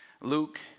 Luke